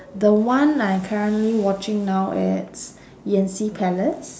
the one I'm currently watching now it's yan xi palace